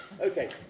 Okay